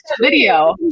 video